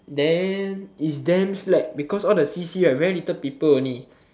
then it's damn slack because all the c_c very little people only